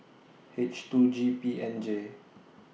H two G P N J